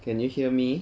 can you hear me